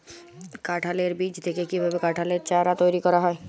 কাঁঠালের বীজ থেকে কীভাবে কাঁঠালের চারা তৈরি করা হয়?